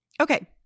Okay